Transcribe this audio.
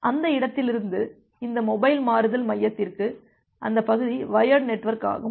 அந்த இடத்திலிருந்து இந்த மொபைல் மாறுதல் மையத்திற்கு அந்த பகுதி வயர்டு நெட்வொர்க் ஆகும்